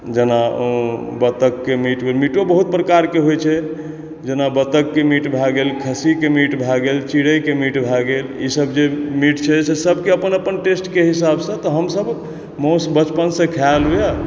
जेना बत्तख के मीट भेल मीटो बहुत प्रकार के होइ छै जेना बत्तख के मीट भऽ गेल खस्सी के मीट भऽ गेल चिरई के मीट भऽ गेल ई सब जे मीट छै से सब के अपन अपन टेस्ट के हिसाब सॅं तऽ हमसभ मासु बचपन सऽ खाय एलहुॅं है